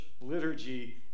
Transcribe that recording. liturgy